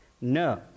No